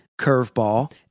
Curveball